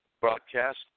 broadcast